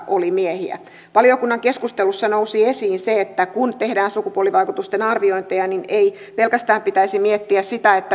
oli miehiä valiokunnan keskusteluissa nousi esiin se että kun tehdään sukupuolivaikutusten arviointeja niin ei pitäisi miettiä pelkästään sitä